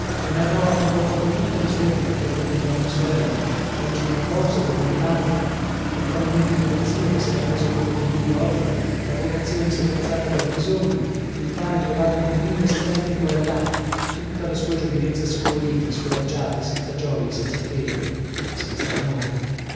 le narrò a poco a poco tutta la sua vita proprio come a una sorella oggi una cosa domani laltra il fallimento dello zio che sera preso cura di lui orfano la vocazione strozzata dal bisogno il pane trovato con mille stenti qua e là tutta la sua giovinezza scolorita scoraggiata senza gioie senza fede senza amore